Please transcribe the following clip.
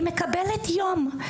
היא מקבלת יום.